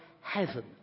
heaven